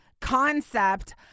concept